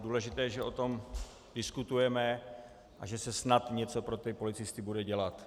Důležité je, že o tom diskutujeme a že se snad něco pro ty policisty bude dělat.